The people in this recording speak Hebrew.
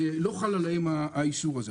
לא חל עליהם האיסור הזה.